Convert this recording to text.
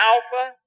Alpha